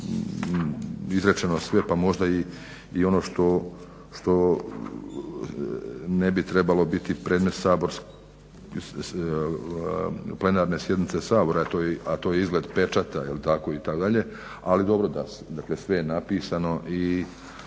izrečeno sve pa možda i ono što ne bi trebalo biti predmet saborske, plenarne sjednice Sabora a to je izgled pečata jel tako, itd. al dobro da je sve napisano i